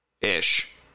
Ish